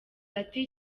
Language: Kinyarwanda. ati